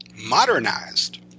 modernized